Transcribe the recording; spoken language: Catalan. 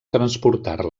transportar